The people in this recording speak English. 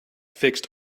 fixed